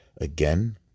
again